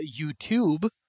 YouTube